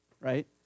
right